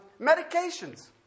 Medications